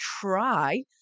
try